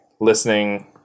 listening